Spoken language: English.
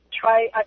try –